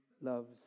loves